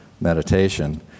meditation